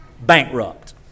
bankrupt